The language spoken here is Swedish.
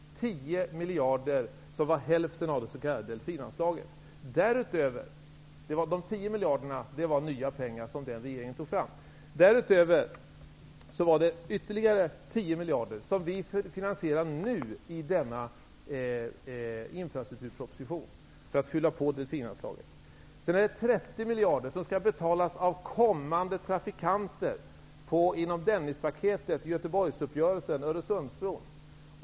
10 miljarder är hälften av det s.k. delfinanslaget. Dessa 10 miljarder var nya pengar som den tidigare regeringen tog fram. Därutöver är det ytterligare 10 miljarder som vi nu finansierar i denna infrastrukturproposition för att fylla på delfinanslaget. Sedan är det 30 miljarder som skall betalas av kommande trafikanter enligt Dennispaketet, Göteborgsuppgörelsen och uppgörelsen om Öresundsbron.